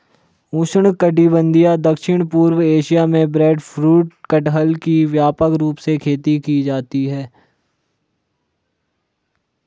उष्णकटिबंधीय दक्षिण पूर्व एशिया में ब्रेडफ्रूट कटहल की व्यापक रूप से खेती की जाती है